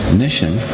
mission